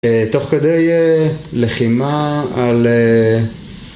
אה תוך כדי אה לחימה על אה...